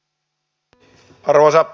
arvoisa puhemies